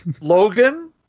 Logan